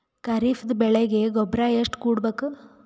ಖರೀಪದ ಬೆಳೆಗೆ ಗೊಬ್ಬರ ಎಷ್ಟು ಕೂಡಬೇಕು?